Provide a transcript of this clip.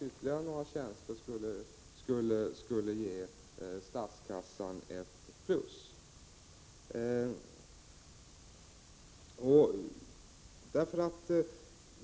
Ytterligare några tjänster skulle t.o.m. kunna ge statskassan ett tillskott.